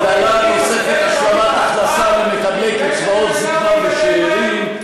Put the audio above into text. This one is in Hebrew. הגדלת תוספת השלמת הכנסה למקבלי קצבאות זיקנה ושאירים,